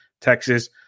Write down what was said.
texas